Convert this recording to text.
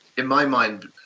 in my mind,